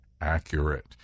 accurate